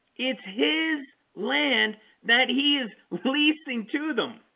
it's his land that he is leasing to them